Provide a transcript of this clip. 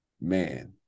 man